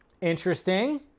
interesting